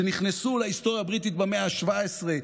שנכנסו להיסטוריה הבריטית במאה ה-17: